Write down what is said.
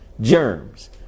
germs